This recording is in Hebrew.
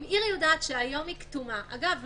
אם עיר יודעת שהיום היא כתומה אגב,